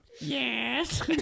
Yes